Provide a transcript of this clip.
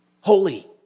Holy